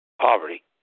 poverty